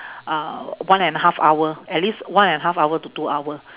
uh one and a half hour at least one and a half hour to two hour